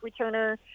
returner